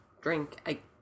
drink